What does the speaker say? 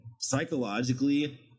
psychologically